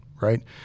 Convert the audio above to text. right